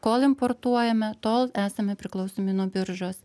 kol importuojame tol esame priklausomi nuo biržos